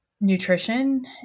nutrition